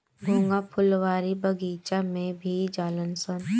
घोंघा फुलवारी बगइचा में भी हो जालनसन